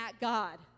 God